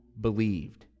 believed